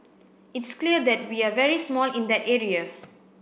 it's clear that we are very small in that area